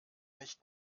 nicht